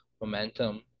momentum